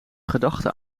gedachte